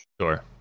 sure